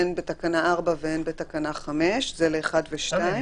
הן בתקנה 4 והן בתקנה 5. זה ל-1 ו-2.